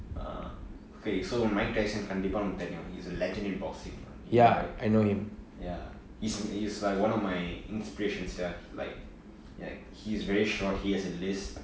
uh okay so mike tyson கண்டிப்பா உனக்கு தெரியும்:kandippaa unakku theriyum he's a legend in boxing ya he is is like one of my inspiration sia like ya he's very short he has the least